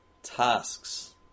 tasks